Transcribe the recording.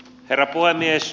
herra puhemies